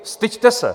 Styďte se!